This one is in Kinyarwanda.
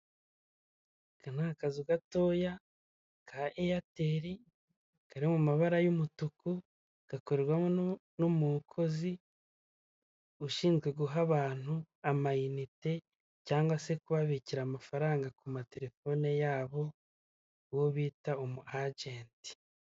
Aka no akazu gatoya, ka Eyateli, mari mu mabara y'umutuku, gakorerwamo n'umukozi ushinzwe guha abantu amayinite cyangwa se kubabikira amafaranga ku matelefone yabo, uwo bita umu ajenti.